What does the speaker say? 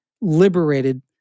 liberated